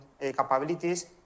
capabilities